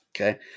Okay